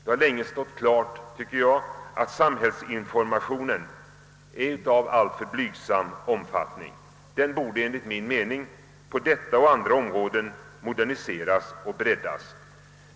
Det har länge stått klart, tycker jag, att samhällsinformationen är av alltför blygsam omfattning. Den borde enligt min mening på detta och andra områden moderniseras och breddas.